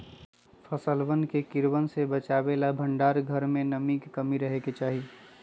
फसलवन के कीड़वन से बचावे ला भंडार घर में नमी के कमी रहे के चहि